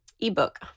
ebook